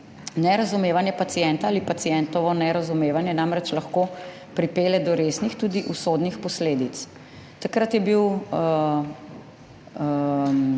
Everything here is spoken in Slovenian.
nerazumevanje pacienta ali pacientovo nerazumevanje namreč lahko pripelje do resnih, tudi usodnih posledic. Takrat je bil